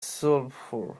sulphur